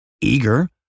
eager